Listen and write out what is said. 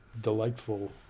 delightful